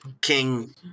king